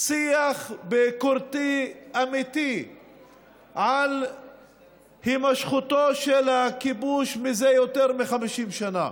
שיח ביקורתי אמיתי על הימשכותו של הכיבוש מזה יותר מ-50 שנה.